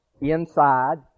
Inside